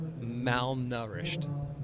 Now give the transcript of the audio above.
malnourished